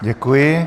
Děkuji.